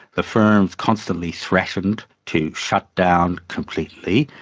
the firms constantly threatened to shut down completely.